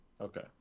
Okay